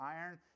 iron